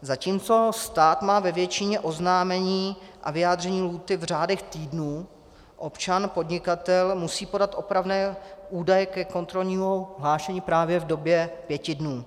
Zatímco stát má ve většině oznámení a vyjádření lhůty v řádech týdnů, občan podnikatel musí podat opravné údaje ke kontrolnímu hlášení právě v době pěti dnů.